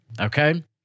okay